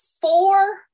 four